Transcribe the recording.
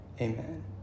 amen